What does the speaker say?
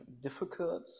difficult